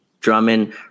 Drummond